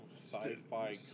Sci-fi